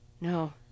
no